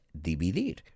dividir